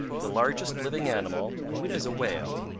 the largest living animal is a whale,